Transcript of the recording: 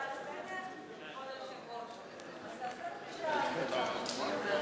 הלוואה נוספת והשתתפות בהחזרי הלוואה),